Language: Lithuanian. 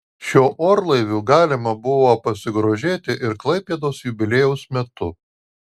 šiuo orlaiviu galima buvo pasigrožėti ir klaipėdos jubiliejaus metu